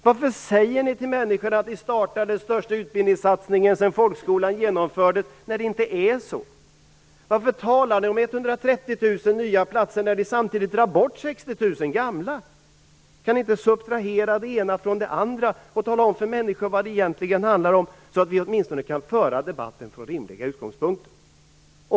Varför säger ni till människor att ni startar den största utbildningssatsningen sedan folkskolan genomfördes, när det inte så? Varför talar ni om 130 000 nya platser, när ni samtidigt drar bort 60 000 gamla? Kan ni inte subtrahera det ena från det andra, och tala om för människor vad det egentligen handlar om, så att vi åtminstone kan föra debatten från rimliga utgångspunkter?